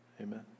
Amen